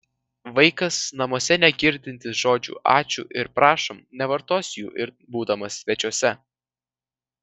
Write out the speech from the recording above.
vaikas namuose negirdintis žodžių ačiū ir prašom nevartos jų ir būdamas svečiuose